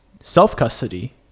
self-custody